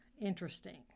interesting